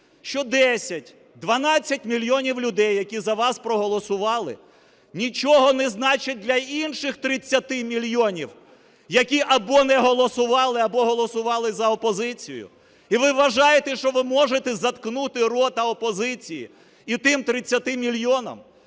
що 10, 12 мільйонів людей, які за вас проголосували, нічого не значать для інших 30 мільйонів, які або не голосували, або голосували за опозицію? І ви вважаєте, що ви можете заткнути рота опозиції і тим 30 мільйонам?